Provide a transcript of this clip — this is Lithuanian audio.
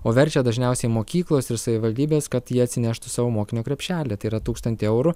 o verčia dažniausiai mokyklos ir savivaldybės kad jie atsineštų savo mokinio krepšelį tai yra tūkstantį eurų